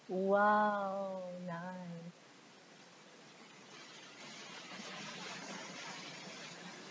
!wow! nice